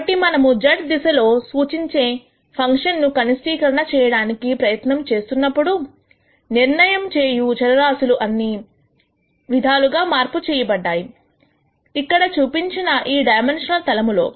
కాబట్టి మనము z దిశ లో సూచించే ఫంక్షన్ ను కనిష్టీకరణ చేయడానికి ప్రయత్నం చేస్తున్నప్పుడు నిర్ణయం చేయు రాశులు అన్ని విధాలుగా మార్పు చెయ్యబడ్డాయి ఇక్కడ చూపించిన ఈ డైమెన్షనల్ తలములో